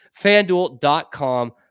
Fanduel.com